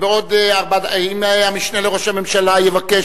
ואם המשנה לראש הממשלה יבקש,